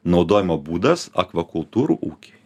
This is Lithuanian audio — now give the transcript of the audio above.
naudojimo būdas akvakultūrų ūkiai